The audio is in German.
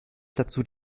dazu